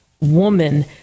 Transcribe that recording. Woman